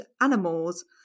animals